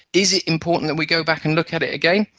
is it important that we go back and look at it again?